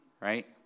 right